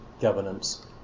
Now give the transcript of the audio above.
governance